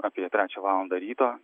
apie trečią valandą ryto